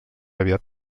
aviat